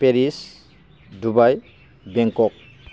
Paris Dubai Bangkok